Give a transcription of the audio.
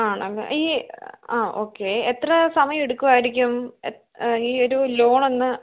ആണല്ലേ ഈ ആ ഓക്കേ എത്ര സമയമെടുക്കുമായിരിക്കും ഈയൊരു ലോണൊന്ന്